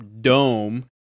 dome